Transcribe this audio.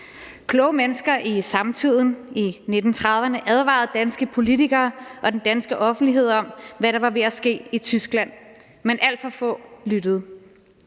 Kloge mennesker i samtiden, i 1930'erne, advarede danske politikere og den danske offentlighed om, hvad der var ved at ske i Tyskland – men alt for få lyttede.